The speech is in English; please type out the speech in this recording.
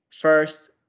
first